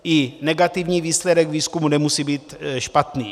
I negativní výsledek výzkumu nemusí být špatný.